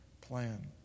plan